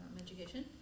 education